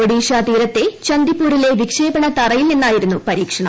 ഒഡീഷ തീരത്തെ ചന്ദിപ്പൂരിലെ വിക്ഷേപണത്തറയിൽ നിന്നായിരുന്നു പരീക്ഷണം